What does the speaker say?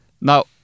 Now